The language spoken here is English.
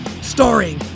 starring